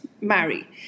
marry